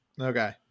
Okay